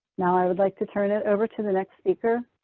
now i would like to turn it over to the next speaker,